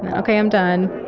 and okay, i'm done.